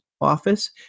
Office